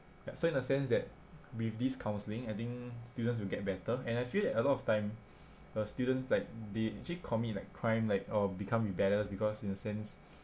ya so in a sense that with this counseling I think students will get better and I feel that a lot of time uh students like they actually commit like crime like or become rebellious because in a sense